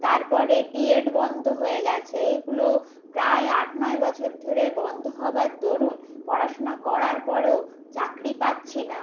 তারপরে ডিএড বন্ধ হয়ে গিয়েছে এইগুলো প্রায় আট নয় বছর ধরে বন্ধ হবার দরুণ পড়াশোনা করার পরেও চাকরি পাচ্ছি না